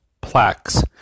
plaques